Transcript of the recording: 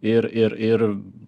ir ir ir